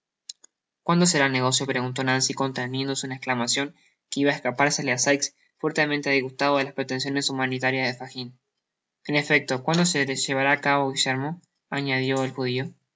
cuándo será el negocio preguntó nancy conteniendo una esclamacion que iba á escapársele á sikes fuertemente disgustado de las pretensiones humanitarias de fagin en efecto cuando se llevará á cabo guillermo añadió el judio estoy